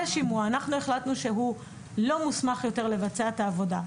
השימוע אנחנו החלטנו שהוא לא מוסמך יותר לבצע את העבודה.